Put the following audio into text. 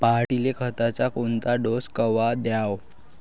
पऱ्हाटीले खताचा कोनचा डोस कवा द्याव?